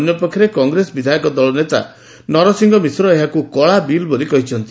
ଅନ୍ୟପକ୍ଷରେ କଂଗ୍ରେସ ବିଧାୟକ ଦଳ ନେତା ନରସିଂହ ମିଶ୍ର ଏହାକୁ କଳା ବିଲ୍ ବୋଲି କହିଛନ୍ତି